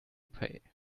pay